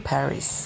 Paris